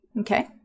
Okay